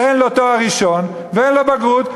שאין לו תואר ראשון ואין לו בגרות.